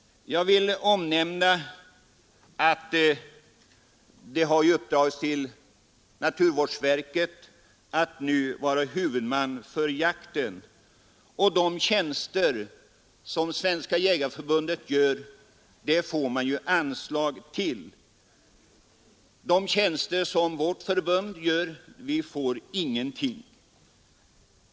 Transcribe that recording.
Jag vill omnämna att det har uppdragits åt naturvårdsverket att nu vara huvudman för jakten. De tjänster som Svenska jägareförbundet gör får förbundet anslag till. De tjänster som vårt förbund gör får vi inga pengar till.